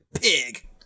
Pig